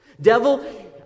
Devil